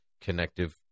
connective